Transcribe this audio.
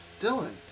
Dylan